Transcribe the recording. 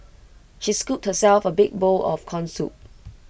she scooped herself A big bowl of Corn Soup